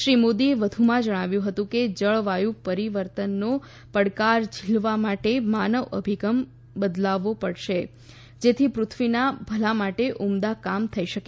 શ્રી મોદીએ વધુમાં જણાવ્યુ હતું કે જળવાયુ પરીવર્તનનો પડકાર ઝીલવા માટે માનવ અભિગમ બદલાવવો પડશે જેથી પૃથ્વીના ભલા માટે ઉમદા કામ થઈ શકે